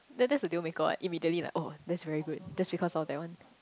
then that's the deal maker what immediately like oh that's very good just because of that one